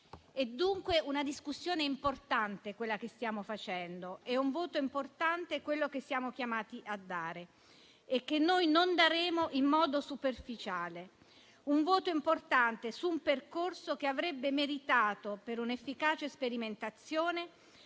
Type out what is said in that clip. È dunque una discussione importante quella che stiamo facendo ed è un voto importante quello che siamo chiamati a dare, che noi non daremo in modo superficiale. Un voto importante su un percorso che avrebbe meritato, per un'efficace sperimentazione,